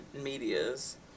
medias